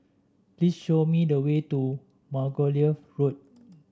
please show me the way to Margoliouth Road